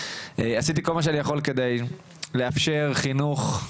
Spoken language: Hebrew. עשיתי כל מה שאני יכול כדי לאפשר חינוך,